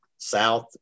South